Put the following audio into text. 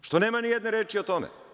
Zašto nema ni jedne reči o tome?